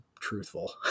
truthful